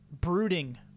brooding